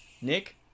nick